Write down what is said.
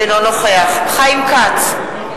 אינו נוכח חיים כץ,